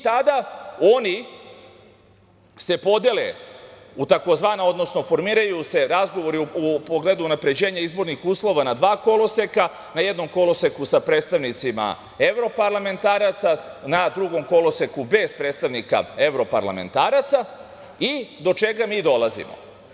Tada se oni podele u tzv. odnosno formiraju se razgovori u pogledu unapređenja izbornih uslova na dva koloseka, na jednom koloseku sa predstavnicima evroparlamentaraca, na drugom koloseku bez predstavnika evroparlamentaraca i do čega mi dolazimo?